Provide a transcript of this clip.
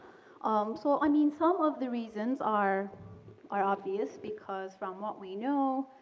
um so, i mean some of the reasons are are obvious because from what we know,